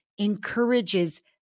encourages